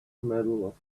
medal